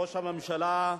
ראש הממשלה,